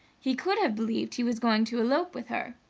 he could have believed he was going to elope with her.